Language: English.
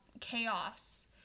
chaos